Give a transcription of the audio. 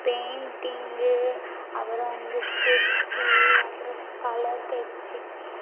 painting அப்புறம் வந்து sketch அப்புறம் ஸ்கலர் கெச்சி